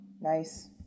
nice